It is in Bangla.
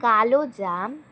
কালো জাম